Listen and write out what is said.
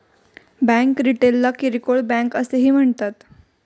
bank रिटेलला किरकोळ bank असेही म्हणतात